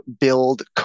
build